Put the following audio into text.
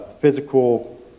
physical